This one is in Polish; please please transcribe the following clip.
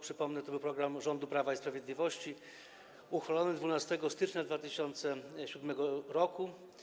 Przypomnę, to był program rządu Prawa i Sprawiedliwości uchwalony 12 stycznia 2007 r.